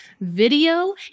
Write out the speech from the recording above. video